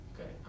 Okay